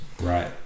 Right